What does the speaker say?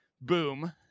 boom